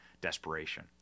desperation